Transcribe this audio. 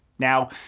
Now